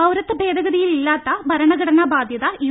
പൌരത്വ ഭേദഗതിയിലില്ലാത്ത ഭരണഘടനാ ബാധ്യത യു